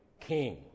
king